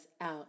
out